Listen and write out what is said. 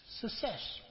success